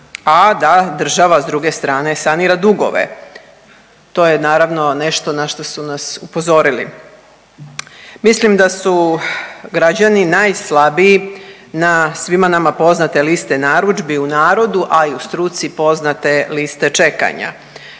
a da država s druge strane sanira dugove. To je naravno nešto na što su nas upozorili. Mislim da su građani najslabiji na svima nama poznate liste narudžbi u narodu, a i u struci poznate liste čekanja.